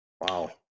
Wow